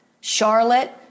Charlotte